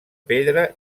pedra